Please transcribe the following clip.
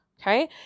Okay